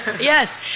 yes